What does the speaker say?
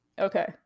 Okay